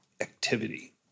activity